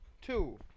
Two